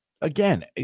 again